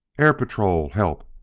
air patrol! help!